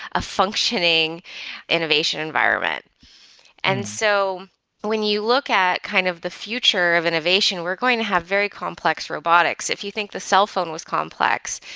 a functioning innovation environment and. so when you look at kind of the future of innovation, we're going to have very complex robotics. if you think the cell phone was complex,